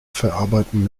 verarbeiten